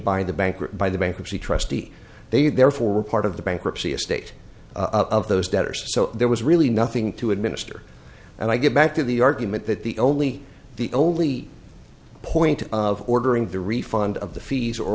by the bankrupt by the bankruptcy trustee they therefore were part of the bankruptcy estate of those debtors so there was really nothing to administer and i get back to the argument that the only the only point of ordering the refund of the fees or